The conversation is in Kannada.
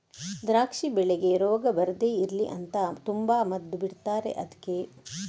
ದ್ರಾಕ್ಷಿ ಬೆಳೆಗೆ ರೋಗ ಬರ್ದೇ ಇರ್ಲಿ ಅಂತ ತುಂಬಾ ಮದ್ದು ಬಿಡ್ತಾರೆ ಅದ್ಕೆ